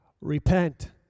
Repent